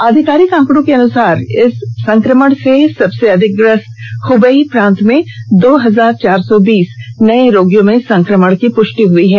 आधिकारिक आंकड़ों के अनुसार इस संक्रमण से सबसे अधिक ग्रस्त हुबेई प्रांत में दो हजार चार ँ सौ बीस नये रोगियों में संक्रमण की प्रष्टि हुई है